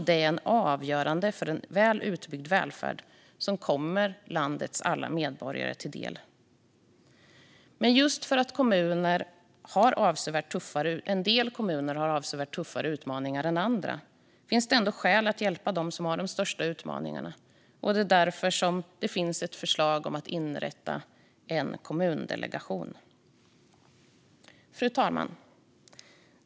Det är avgörande för en väl utbyggd välfärd som kommer landets alla medborgare till del. Just för att en del kommuner har avsevärt tuffare utmaningar än andra finns det ändå skäl att hjälpa dem som har de största utmaningarna. Därför finns ett förslag om att inrätta en kommundelegation. Fru talman!